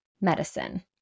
medicine